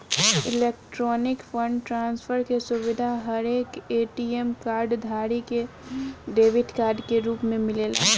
electronic fund transfer के सुविधा हरेक ए.टी.एम कार्ड धारी के डेबिट कार्ड के रूप में मिलेला